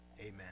Amen